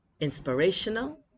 Inspirational